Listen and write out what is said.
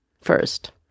first